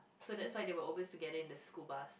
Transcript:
so that's why they were always together in the school bus